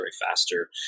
faster